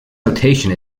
notation